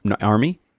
Army